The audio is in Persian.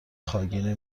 خاگینه